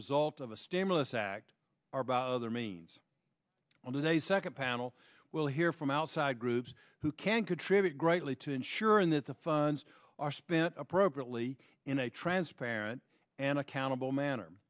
result of a stimulus act or about other means and a second panel will hear from outside groups who can contribute greatly to ensuring that the funds are spent appropriately in a transparent and accountable manner